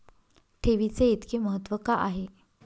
ठेवीचे इतके महत्व का आहे?